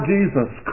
Jesus